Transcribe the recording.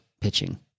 pitching